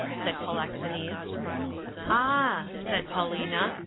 said polixenes. ah, said paulina,